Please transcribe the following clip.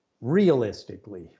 realistically